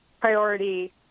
priority